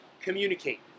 communicate